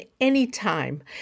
anytime